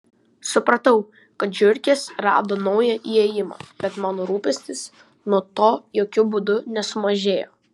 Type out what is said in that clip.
supratau kad žiurkės rado naują įėjimą bet mano rūpestis nuo to jokiu būdu nesumažėjo